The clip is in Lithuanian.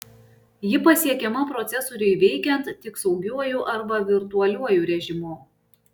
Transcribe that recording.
ji pasiekiama procesoriui veikiant tik saugiuoju arba virtualiuoju režimu